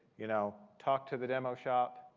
you know talk to the demo shop,